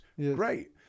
great